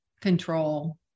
control